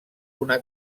una